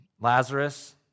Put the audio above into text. Lazarus